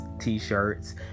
t-shirts